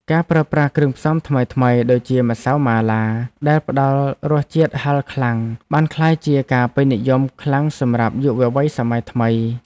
ការប្រើប្រាស់គ្រឿងផ្សំថ្មីៗដូចជាម្សៅម៉ាឡា ដែលផ្ដល់រសជាតិហឹរខ្លាំងបានក្លាយជាការពេញនិយមខ្លាំងសម្រាប់យុវវ័យសម័យថ្មី។